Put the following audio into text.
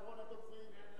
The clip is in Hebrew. אחרון הדוברים,